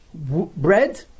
Bread